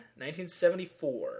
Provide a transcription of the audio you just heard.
1974